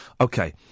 Okay